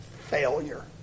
failure